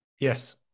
Yes